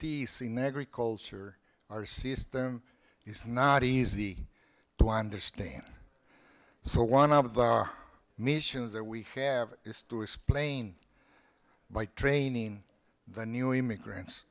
negri culture our system is not easy to understand so one of the missions that we have is to explain by training the new immigrants